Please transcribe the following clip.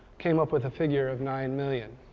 came up with a figure of nine million.